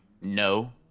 No